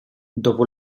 dopo